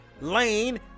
Lane